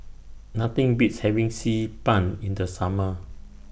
Nothing Beats having Xi Ban in The Summer